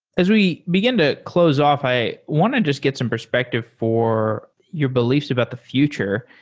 as we begin to close off, i want to just get some perspective for your beliefs about the future.